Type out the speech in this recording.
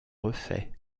refaits